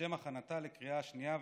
לשם הכנתה לקריאה השנייה והשלישית.